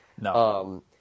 No